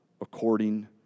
according